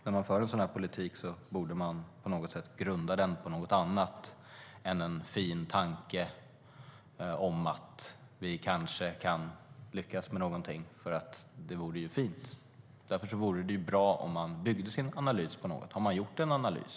När man för en sådan politik borde man på något sätt grunda den på något annat än en fin tanke om att vi kanske kan lyckas med något eftersom det vore fint. Därför vore det bra om man byggde sin analys på något. Har man gjort en analys?